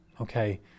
okay